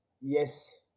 yes